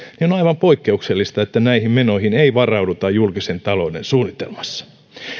on aivan poikkeuksellista että näihin menoihin ei varauduta julkisen talouden suunnitelmassa